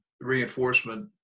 reinforcement